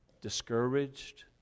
discouraged